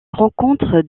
rencontrent